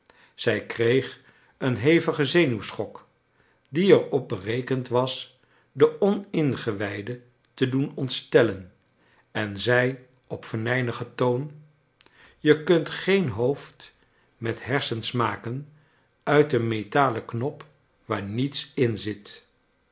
zij kreeg een hevigen zenuwschok die er op berekend was de oningewijden te doen ontstellen en zei op venijnigen toon je kunt geen hoofd met hersens niaken uit een metalen knop waar i j lets in zit